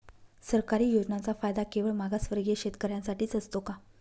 सरकारी योजनांचा फायदा केवळ मागासवर्गीय शेतकऱ्यांसाठीच असतो का?